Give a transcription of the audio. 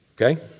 Okay